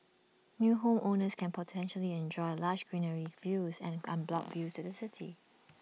new homeowners can potentially enjoy lush greenery views and unblocked views to the city